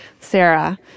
Sarah